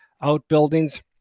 outbuildings